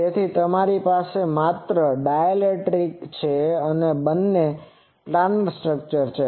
તેથી તમારી પાસે માત્ર ડાયઇલેક્ટ્રિકdielectricશૂન્યાવકાશ છે અને તે બંને પ્લાનર સ્ટ્રક્ચર્સ છે